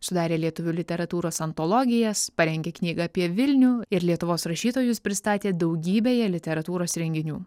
sudarė lietuvių literatūros antologijas parengė knygą apie vilnių ir lietuvos rašytojus pristatė daugybėje literatūros renginių